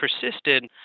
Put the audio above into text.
persisted